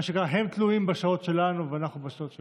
הם תלויים בשעות שלנו ואנחנו בשעות שלהם.